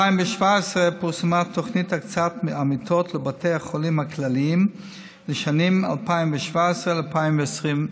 ב-2017 פורסמה תוכנית הקצאת המיטות לבתי החולים הכללים לשנים 2017 2022,